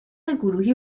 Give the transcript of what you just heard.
گروهی